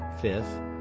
Fifth